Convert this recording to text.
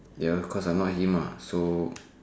ya cause I not him lah so